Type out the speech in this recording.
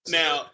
now